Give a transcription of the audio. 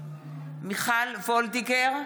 וולדיגר,